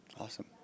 Awesome